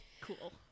cool